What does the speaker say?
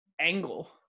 angle